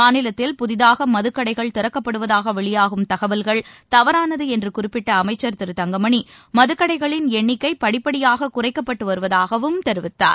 மாநிலத்தில் புதிதாக மதுக்கடைகள் திறக்கப்படுவதாக வெளியாகும் தகவல்கள் தவறானது என்று குறிப்பிட்ட அமைச்சர் திரு தங்கமணி மதுக்கடைகளின் எண்ணிக்கை படிப்படியாக குறைக்கப்பட்டு வருவதாகவும் தெரிவித்தார்